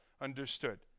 understood